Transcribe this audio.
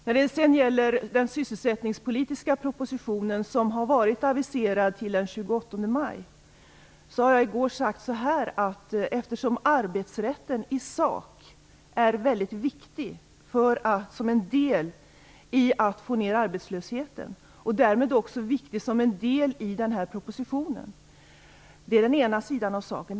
När det sedan gäller den sysselsättningspolitiska propositionen, som har varit aviserad till den 28 maj, sade jag i går att arbetsrätten i sak är väldigt viktig som en del i att få ned arbetslösheten och därmed är den också en viktig del i den här propositionen. Det är den ena sidan av saken.